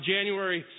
January